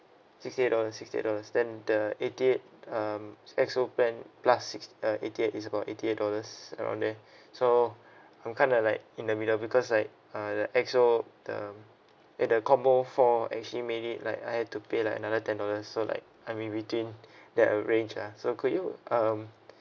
sixty eight dollars sixty eight dollars then the eighty eight um X_O plan plus six uh eighty eight is about eighty dollars around there so I'm kind of like in the middle of it because like uh the X_O the um eh the combo four actually made it like I have to pay like another ten dollars so like I'm in between that uh range lah so could you um